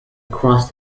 across